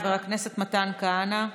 חבר הכנסת מתן כהנא,